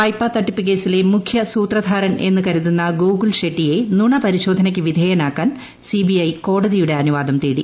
വായ്പാ തട്ടിപ്പ് കേസിലെ മുഖ്യ സൂത്രധാരൻ എന്നു കരുതുന്ന ഗോകുൽ ഷെട്ടിയെ നുണപരിശോധനയ്ക്ക് വിധേയനാക്കാൻ സിബിഐ കോടതിയുടെ അനുവാദം തേടി